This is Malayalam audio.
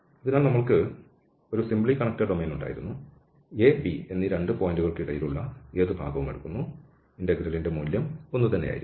അതിനാൽ നമ്മൾക്ക് സിംപ്ലി കണ്ണെക്ടഡ് ഡൊമെയ്ൻ ഉണ്ടായിരുന്നു a b എന്നീ 2 പോയിന്റുകൾക്കിടയിലുള്ള ഏത് ഭാഗവും എടുക്കുന്നു ഇന്റഗ്രലിന്റെ മൂല്യം ഒന്നുതന്നെയായിരിക്കും